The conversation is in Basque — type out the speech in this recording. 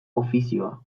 ofizioa